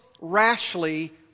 rashly